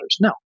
No